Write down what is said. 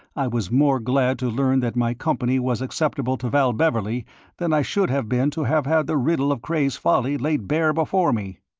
i was more glad to learn that my company was acceptable to val beverley than i should have been to have had the riddle of cray's folly laid bare before me.